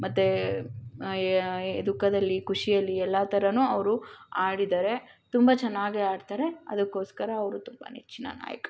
ಮತ್ತು ದುಃಖದಲ್ಲಿ ಖುಷಿಯಲ್ಲಿ ಎಲ್ಲ ಥರನೂ ಅವರು ಹಾಡಿದಾರೆ ತುಂಬ ಚೆನ್ನಾಗಿ ಹಾಡ್ತಾರೆ ಅದಕ್ಕೋಸ್ಕರ ಅವರು ತುಂಬ ನೆಚ್ಚಿನ ನಾಯಕ